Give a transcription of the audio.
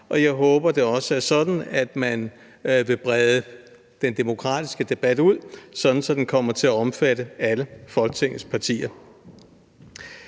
og jeg håber, det også er sådan, at man vil brede den demokratiske debat ud, sådan så den kommer til at omfatte alle Folketingets partier.